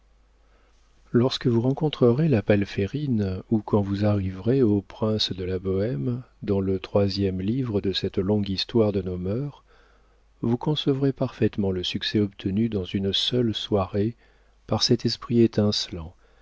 lorsque vous rencontrerez la palférine ou quand vous arriverez au prince de la bohême dans le troisième livre de cette longue histoire de nos mœurs vous concevrez parfaitement le succès obtenu dans une seule soirée par cet esprit étincelant